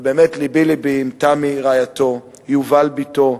ובאמת לבי לבי עם תמי רעייתו, יובל בתו,